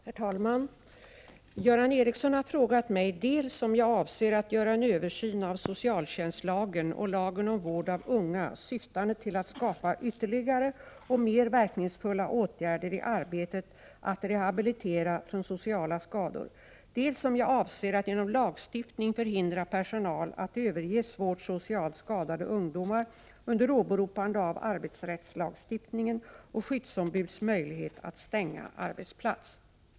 Herr talman! Göran Ericsson har frågat mig dels om jag avser att göra en översyn av socialtjänstlagen och lagen om vård av unga syftande till att tillskapa ytterligare och mer verkningsfulla åtgärder i arbetet att rehabilitera från sociala skador, dels om jag avser att genom lagstiftning förhindra personal att överge svårt socialt skadade ungdomar under åberopande av arbetsrättslagstiftningen och skyddsombuds möjlighet att stänga arbetsplats.